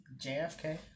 JFK